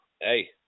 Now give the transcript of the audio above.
Hey